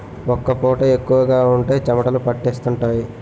ఒక్క పూత ఎక్కువగా ఉంటే చెమటలు పట్టేస్తుంటాయి